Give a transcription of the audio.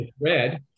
red